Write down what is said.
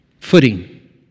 footing